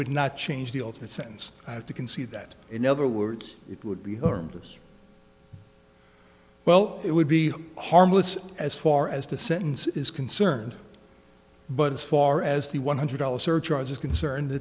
would not change the ultimate sense to conceive that in other words it would be harmless well it would be harmless as far as the sentence is concerned but as far as the one hundred dollars surcharge is concerned